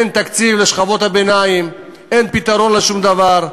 אין תקציב לשכבות הביניים, אין פתרון לשום דבר.